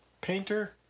painter